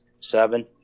seven